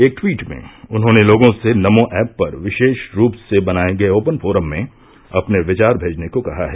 एक ट्वीट में उन्होंने लोगों से नमो एप पर विशेष रूप से बनाये गए ओपन फोरम में अपने विचार भेजने को कहा है